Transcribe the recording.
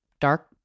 dark